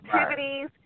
activities